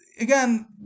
again